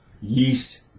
yeast